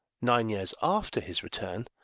nine years after his return,